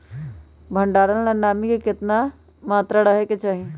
भंडारण ला नामी के केतना मात्रा राहेके चाही?